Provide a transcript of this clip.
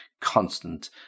constant